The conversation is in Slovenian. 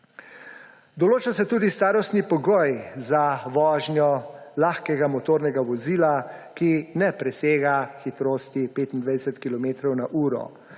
Določa se tudi starostni pogoj za vožnjo lahkega motornega vozila, ki ne presega hitrosti 25 kilometrov